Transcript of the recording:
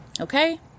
Okay